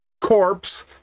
corpse